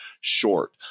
short